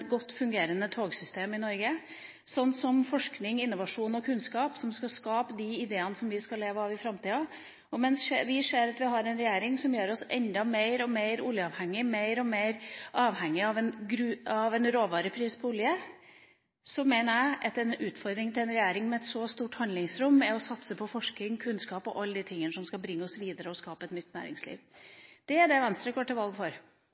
godt fungerende togsystem i Norge – og forskning, innovasjon og kunnskap, som skal skape de ideene som vi skal leve av i framtida. Vi ser at vi har en regjering som gjør oss mer og mer oljeavhengig, mer og mer avhengig av råvareprisen på olje, og jeg mener at en utfordring til en regjering med et så stort handlingsrom er å satse på forskning, kunnskap og alle de tingene som skal bringe oss videre og skape et nytt næringsliv. Det er det Venstre går til valg for.